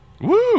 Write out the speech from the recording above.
Woo